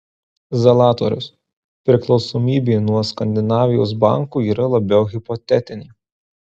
zalatorius priklausomybė nuo skandinavijos bankų yra labiau hipotetinė